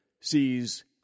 sees